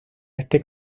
este